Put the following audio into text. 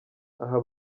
aha